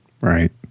Right